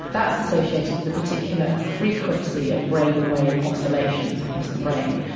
that's associated with a particular frequency of brainwave oscillations across the brain.